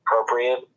appropriate